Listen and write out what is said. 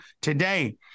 today